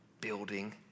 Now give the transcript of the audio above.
Building